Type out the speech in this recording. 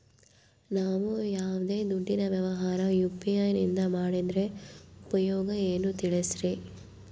ನಾವು ಯಾವ್ದೇ ದುಡ್ಡಿನ ವ್ಯವಹಾರ ಯು.ಪಿ.ಐ ನಿಂದ ಮಾಡಿದ್ರೆ ಉಪಯೋಗ ಏನು ತಿಳಿಸ್ರಿ?